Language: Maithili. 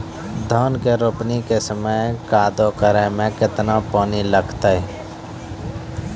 धान के रोपणी के समय कदौ करै मे केतना पानी लागतै?